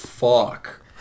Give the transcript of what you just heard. fuck